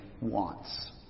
wants